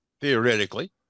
theoretically